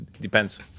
depends